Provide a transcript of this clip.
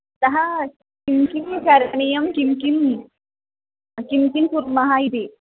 तः किं किं करणीयं किं किं किं किं कुर्मः इति